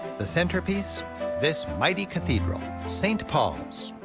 the centerpiece this mighty cathedral, st. paul's.